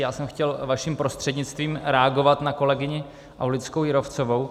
Já jsem chtěl, vaším prostřednictvím, reagovat na kolegyni Aulickou Jírovcovou.